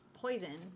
poison